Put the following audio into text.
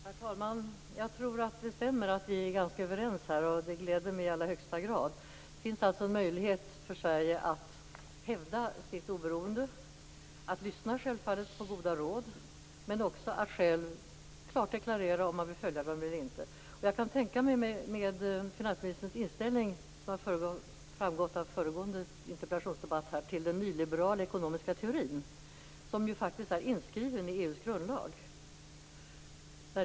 Herr talman! Jag tror att det stämmer att vi är ganska överens. Det gläder mig i allra högsta grad. Det finns alltså en möjlighet för Sverige att hävda sitt oberoende och att lyssna på goda råd men också att deklarera om vi vill följa dem eller inte. Finansministerns inställning till den nyliberala ekonomiska teorin, som faktiskt är inskriven i EU:s grundlag, framgick av föregående interpellationsdebatt.